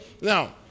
Now